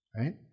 right